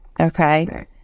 okay